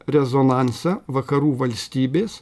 rezonansą vakarų valstybės